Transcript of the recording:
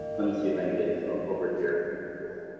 let me see if i can get over here, control,